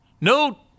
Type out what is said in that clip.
No